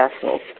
vessels